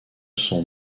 son